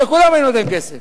לכולם אני נותן כסף.